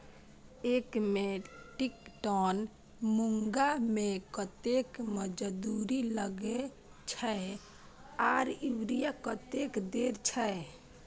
एक metric ton मूंग में कतेक मजदूरी लागे छै आर यूरिया कतेक देर छै?